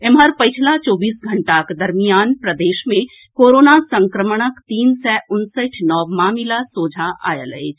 एम्हर पछिला चौबीस घंटाक दरमियान प्रदेश मे कोरोना संक्रमणक तीन सय उनसठि नव मामिला सोझां आयल अछि